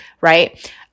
right